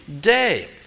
day